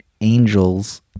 angels